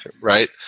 Right